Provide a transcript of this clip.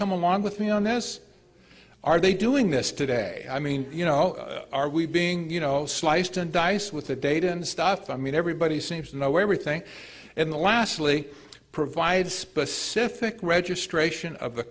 come along with me on this are they doing this today i mean you know are we being you know sliced and diced with the data and stuff i mean everybody seems to know everything in the last really provide specific registration of